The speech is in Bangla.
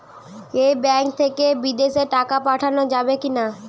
এই ব্যাঙ্ক থেকে বিদেশে টাকা পাঠানো যাবে কিনা?